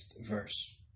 verse